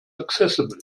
accessible